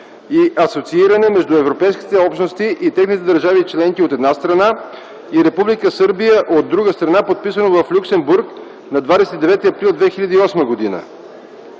и асоцииране между европейските общности и техните държави членки, от една страна, и Република Сърбия, от друга страна, подписано в Люксембург на 29 април 2008 г.